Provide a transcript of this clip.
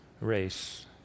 race